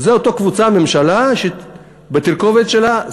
זו אותה קבוצה בממשלה שבתרכובת שלה,